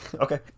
Okay